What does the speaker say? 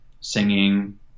singing